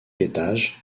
étages